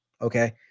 Okay